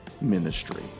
ministry